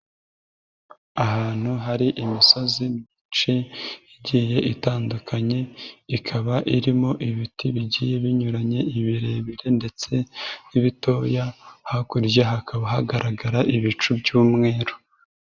Ahantu hari imisozi myinshi igiye itandukanye ikaba irimo ibiti bigiye binyuranye ibirebire ndetse n'ibitoya, hakurya hakaba hagaragara ibicu by'umweru.